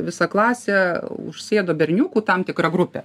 visa klasė užsėdo berniukų tam tikra grupė